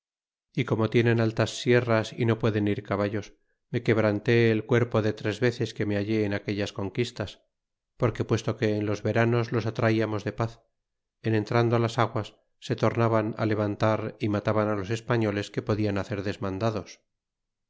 y como tienen altas sierras y no pueden ir caballos me quebranté el cuerpo de tres veces que me hallé en aquellas conquistas porque puesto que en los veranos los atraíamos de paz en entrando las aguas se tornaban á levantar y mataban los españoles que